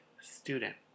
student